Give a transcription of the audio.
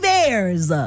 Bears